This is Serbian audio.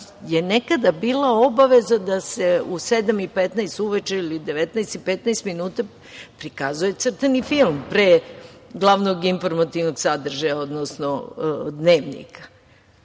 je nekada bila obaveza da se u 19.15 časova prikazuje crtani film pre glavnog informativnog sadržaja, odnosno Dnevnika